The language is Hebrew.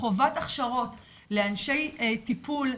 חובת ההכשרות לאנשי טיפול,